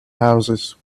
houses